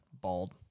bald